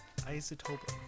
isotope